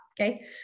Okay